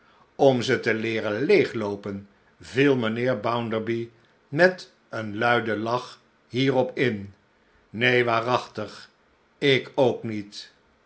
om ze te leeren leegloopen viel mijnheer bounderby met een luiden lach hierop in neen waarachtig ik ook niet